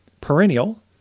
perennial